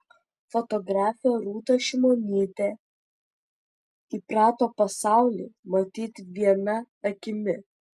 fotografė rūta šimonytė įprato pasaulį matyti viena akimi